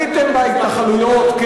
גם במזרח-ירושלים, עשיתם, בניתם בהתנחלויות.